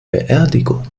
beerdigung